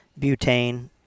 butane